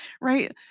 right